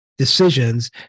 decisions